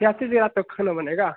या फिर देर रात तक खाना बनेगा